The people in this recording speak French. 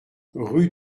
rue